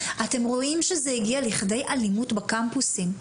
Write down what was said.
אתם רואים שזה הגיע לכדי אלימות בקמפוסים.